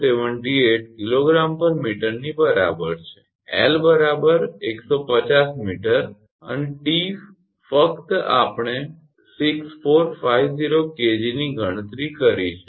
078 𝐾𝑔 𝑚 ની બરાબર છે 𝐿 150 𝑚 અને 𝑇 ફક્ત આપણે 6450 𝐾𝑔 ની ગણતરી કરી છે